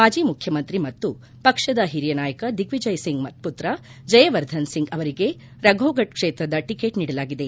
ಮಾಜಿ ಮುಖ್ಯಮಂತ್ರಿ ಮತ್ತು ಪಕ್ಷದ ಹಿರಿಯ ನಾಯಕ ದಿಗ್ನಿಜಯ್ ಸಿಂಗ್ ಪುತ್ರ ಜಯವರ್ಧನ್ ಸಿಂಗ್ ಅವರಿಗೆ ರಘೋಗಢ್ ಕ್ಷೇತ್ರದ ಟಿಕೆಟ್ ನೀಡಲಾಗಿದೆ